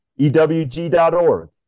ewg.org